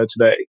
today